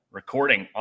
recording